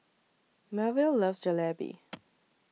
Melville loves Jalebi